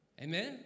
Amen